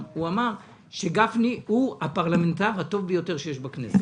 שלהם, זה חלק מן המלחמה.